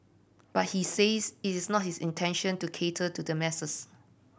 but he says it is not his intention to cater to the masses